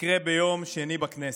תקרה ביום שני בכנסת,